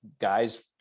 guys